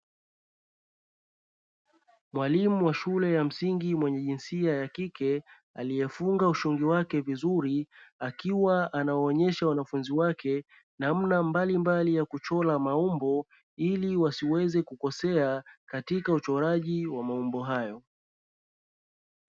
Mwalimu wa shule ya msingi mwenye jinsia ya kike, aliyefunga ushungi wake vizuri. Akiwa anawaonyesha wanafunzi wake namna mbalimbali ya kuchora maumbo ili wasiweze kukosea katika uchoraji wa maumbo hayo.